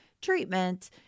treatment